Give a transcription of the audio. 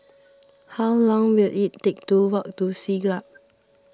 how long will it take to walk to Siglap